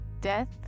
Death